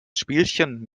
spielchen